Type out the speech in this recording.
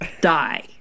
die